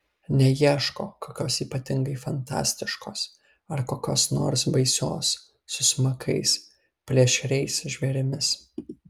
neieško kokios ypatingai fantastiškos ar kokios nors baisios su smakais plėšriais žvėrimis